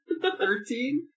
Thirteen